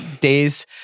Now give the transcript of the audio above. days